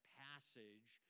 passage